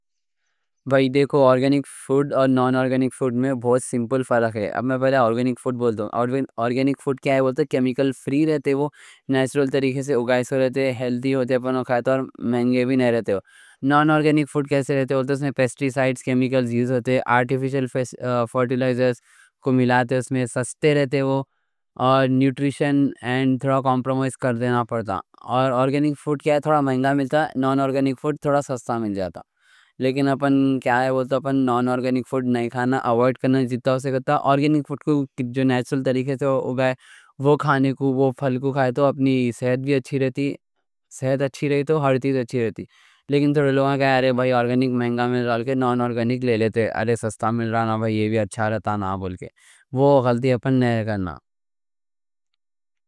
بھائی دیکھو، آرگینک فوڈ اور نون آرگینک فوڈ میں بہت سمپل فرق ہے۔ اب میں پہلے آرگینک فوڈ بولے تو، آرگینک فوڈ کیا ہے؟ کیمیکل فری رہتا، نیچرل طریقے سے اُگائے ہوئے رہتے، ہیلتھی ہوتے، ہم کھاتے، اور مہنگے بھی رہتے۔ نون آرگینک فوڈ کیسے رہتا بولے تو، اس میں پیسٹی سائیٹس، کیمیکلز یوز ہوتے، آرٹیفیشل فرٹیلائزر ملاتے۔ اس میں سستے رہتے، اور نیوٹریشن تھوڑا کمپرومائز کرنا پڑتا۔ اور آرگینک فوڈ تھوڑا مہنگا ملتا، نون آرگینک فوڈ تھوڑا سستا مل جاتا۔ لیکن اپن کیا ہے بولے تو، اپن نون آرگینک فوڈ نہیں کھانا، اوائڈ کرنا جتاوں سے کرتا؛ آرگینک فوڈ کو جو نیچرل طریقے سے اُگے وہ کھانے کو، وہ پھل کو کھائے تو اپنی صحت بھی اچھی رہتی۔ صحت اچھی رہی تو ہر چیز اچھی رہتی۔ لیکن تھوڑا لوگاں کہا: آرگینک مہنگا، میں لا کے نون آرگینک لے لیتے، ارے سستا مل رہا نا، یہ بھی اچھا رہتا نا بول کے، وہ غلطی ہے، پر نئیں کرنا۔